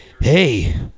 hey